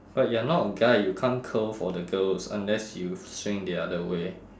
but you're not a guy you can't curl for the girls unless you swing the other way